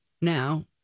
now